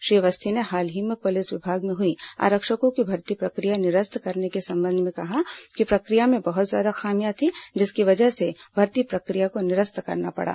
श्री अवस्थी ने हाल ही में पुलिस विभाग में हुई आरक्षकों की भर्ती प्रक्रिया निरस्त करने के संबंध में कहा कि प्रक्रिया में बहुत ज्यादा खामियां थीं जिसकी वजह से भर्ती प्रक्रिया को निरस्त करना पड़ा